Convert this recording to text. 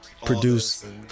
produce